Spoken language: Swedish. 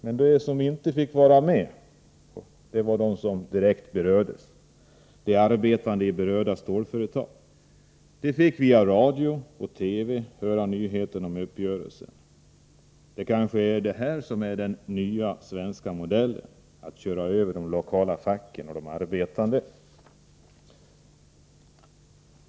Men de som inte fick vara med var de som direkt berördes: de arbetande i berörda stålföretag. De fick via radio och TV höra nyheten om uppgörelsen. Det kanske är detta som är den nya svenska modellen — att köra över de lokala facken och de arbetande.